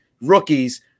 rookies